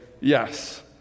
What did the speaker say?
yes